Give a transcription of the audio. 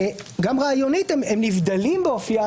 גם רעיונית הם נבדלים באופיים